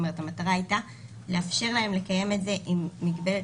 המטרה הייתה לאפשר להם לקיים את זה עם מגבלת